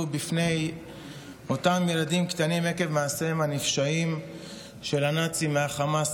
בפני ילדים קטנים עקב מעשיהם הנפשעים של הנאצים מהחמאס,